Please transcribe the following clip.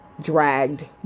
dragged